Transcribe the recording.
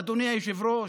אדוני היושב-ראש,